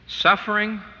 Suffering